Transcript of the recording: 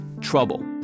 trouble